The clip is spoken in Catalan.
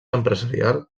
empresarial